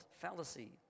fallacy